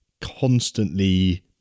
constantly